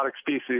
species